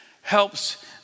helps